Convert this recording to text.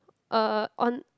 uh on